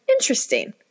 interesting